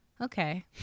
Okay